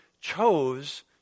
chose